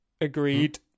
agreed